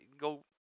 go